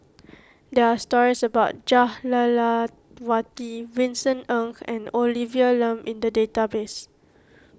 there are stories about Jah Lelawati Vincent Ng and Olivia Lum in the database